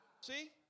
See